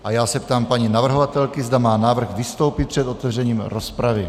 A já se ptám paní navrhovatelky, zda má zájem vystoupit před otevřením rozpravy.